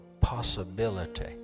possibility